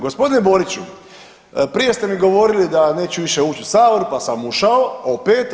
Gospodine Boriću prije ste mi govorili da neću više ući u Sabor, pa sam ušao opet.